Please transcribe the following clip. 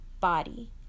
body